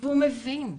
והוא מבין,